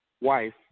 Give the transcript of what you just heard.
wife